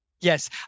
Yes